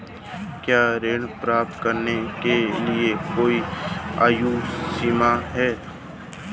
क्या ऋण प्राप्त करने के लिए कोई आयु सीमा है?